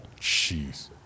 Jeez